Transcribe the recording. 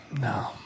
no